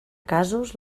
casos